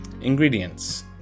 Ingredients